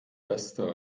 beste